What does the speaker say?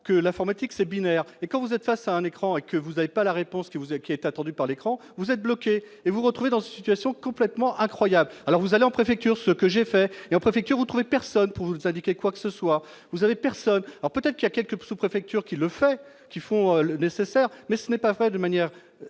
que la 4Matic c'est binaire et quand vous êtes face à un écran et que vous avez pas la réponse que vous avez qui est attendu par l'écran, vous êtes bloqué et vous retrouvez dans une situation complètement incroyable, alors vous allez en préfecture, ce que j'ai fait et en préfecture ou trouvé personne pour vous indiquer quoi que ce soit vous avez personne, alors peut-être qu'il y a quelque peu sous-préfecture qui le fait qui font le nécessaire mais ce n'est pas vrai, de manière